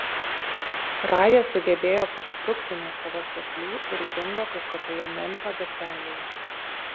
raja sugebėjo pasprukti nuo savo seklių ir dingo kažkokioje memfio gatvelėje